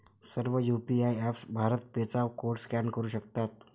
सर्व UPI apps BharatPe चा code scan करू शकतात